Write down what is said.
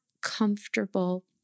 comfortable